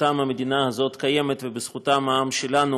בזכותם המדינה הזאת קיימת ובזכותם העם שלנו,